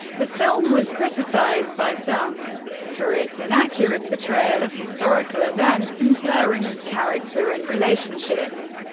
the film was criticised by some for its inaccurate portrayal of historical events and turing's character and relationships.